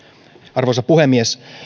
arvoisa puhemies